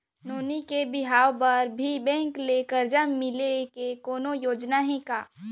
नोनी के बिहाव बर भी बैंक ले करजा मिले के कोनो योजना हे का?